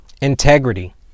Integrity